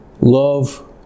Love